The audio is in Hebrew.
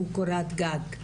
שהוא קורת גג,